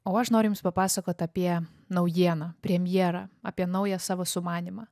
o aš noriu jums papasakot apie naujieną premjerą apie naują savo sumanymą